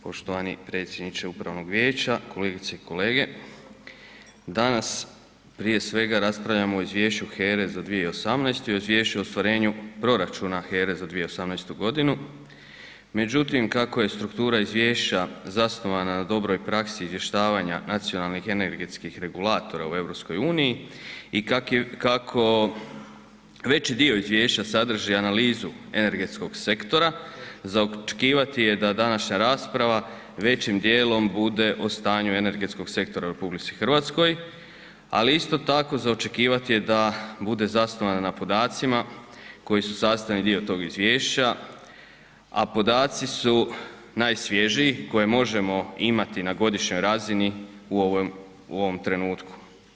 Poštovani predsjedniče upravnog vijeća, kolegice i kolege, danas prije svega raspravljamo o izvješću HERE za 2018. i izvješću o ostvarenju proračuna HERE za 2018. godinu, međutim kako je struktura izvješća zasnovana na dobroj praksi izvještavanja nacionalnih energetskih regulatora u EU i kako veći dio izvješća sadrži analizu energetskog sektora za očekivati je da današnja rasprava većim dijelom bude o stanju energetskog sektora u RH, ali isto tako za očekivati je da bude zasnovana na podacima koji su sastavni dio tog izvješća, a podaci su najsvježiji koje možemo imati na godišnjoj razini u ovom trenutku.